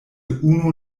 unu